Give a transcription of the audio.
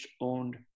owned